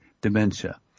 dementia